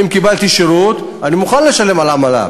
אם קיבלתי שירות אני מוכן לשלם עמלה,